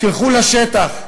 תלכו לשטח,